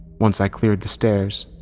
once i'd cleared the stairs,